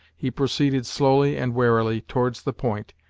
he proceeded slowly and warily towards the point,